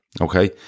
Okay